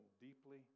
deeply